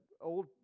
Old